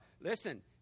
Listen